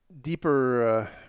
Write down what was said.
deeper